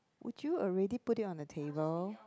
would you already put it on the table